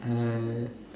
uh